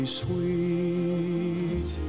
sweet